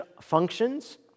functions